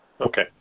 Okay